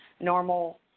normal